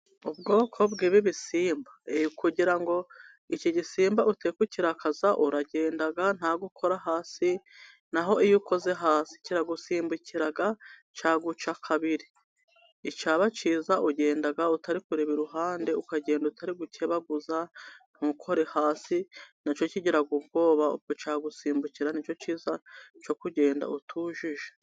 Ubwoko bwi b'ibisimba, kugira ngo icyo gisimba utekukirakaza uragenda ntagukora hasi naho iyo ukoze hasi kiragusimbukira cyaguca kabiri, icyaba cyiza ugenda utarikubera iruhande, ukagenda utari gukebaguza ntukore hasi nacyo kigira ubwoba ubwo cyagusimbukira nicyo cyiza cyo kugenda utuje.